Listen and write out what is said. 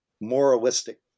moralistic